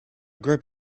group